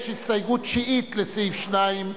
בסעיף 8 להסתייגויות,